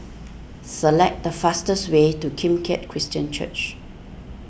select the fastest way to Kim Keat Christian Church